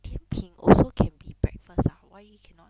甜品 also can be breakfast ah why you cannot